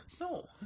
No